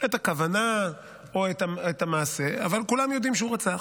את הכוונה או את המעשה, אבל כולם יודעים שהוא רצח.